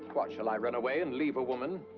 what, shall i run away and leave a woman?